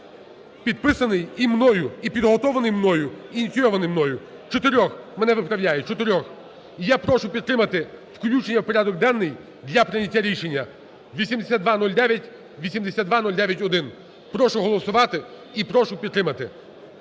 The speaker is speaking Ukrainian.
Підписаний мною і підготовлений мною і ініційований мною… чотирьох, мене виправляють. І я прошу підтримати включення у порядок денний для прийняття рішення – 8209, 8209-1. Прошу голосувати і прошу підтримати.